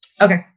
Okay